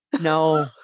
No